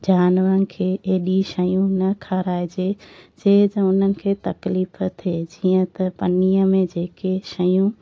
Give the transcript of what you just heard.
जानवरनि खे एॾी शयूं न खाराइजे जे त उन्हनि खे तकलीफ़ थिए जीअं त पन्नीअ में जेके शयूं